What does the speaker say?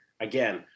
Again